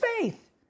faith